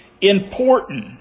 important